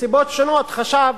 מסיבות שונות, חשב